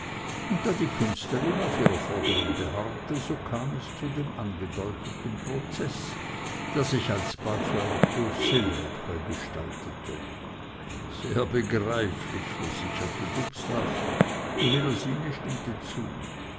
und da die künstlerin auf ihrer forderung beharrte so kam es zu dem angedeuteten prozeß der sich alsbald zu einer cause clbre gestaltete sehr begreiflich versicherte dubslav und melusine stimmte zu